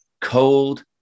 Cold